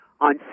on